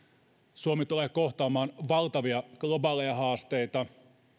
suomi tulee kohtaamaan valtavia globaaleja haasteita